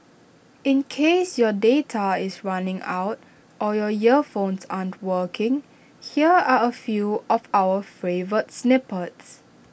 in case your data is running out or your earphones aren't working here are A few of our favourite snippets